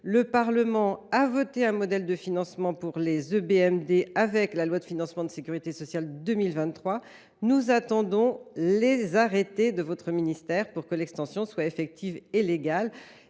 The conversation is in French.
Le Parlement a voté un modèle de financement pour les EBMD dans la loi de financement de sécurité sociale de 2023. Nous attendons donc les arrêtés de votre ministère pour que l’extension soit effective et légale,